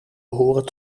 behoren